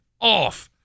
off